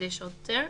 בידי שוטר,